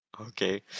Okay